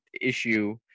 issue